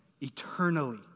eternally